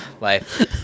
life